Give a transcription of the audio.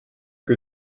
que